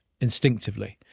instinctively